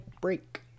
Break